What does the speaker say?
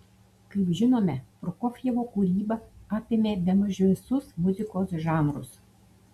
kaip žinome prokofjevo kūryba apėmė bemaž visus muzikos žanrus